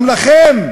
גם לכם.